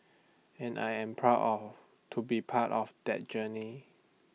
and I am very proud to be part of that journey